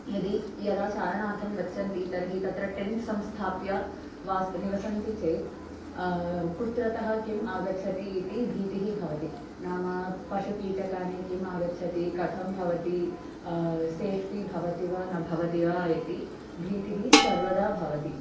यदि यदा चारणार्थं गच्छन्ति तर्हि तत्र टेन्ट् संस्थाप्य वासं निवसन्ति चेत् कुत्रतः किम् आगच्छति इति भीतिः भवति नाम पशुकीटकानि किम् आगच्छन्ति कथं भवति सेफ़्टि भवति वा न भवति वा इति भीतिः सर्वदा भवति